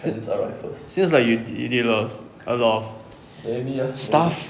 sin~ since like you you did a lot of a lot of stuff